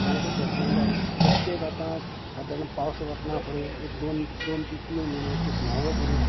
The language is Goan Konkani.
तांकां करतले जायत प्रत्येक आतां सादारण पावस वचना फुडें एक दोन दोन ते तीन म्हयने शिंपणावळ करून